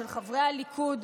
של חברי הליכוד,